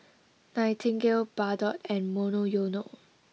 Nightingale Bardot and Monoyono